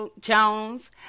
Jones